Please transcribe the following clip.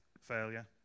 failure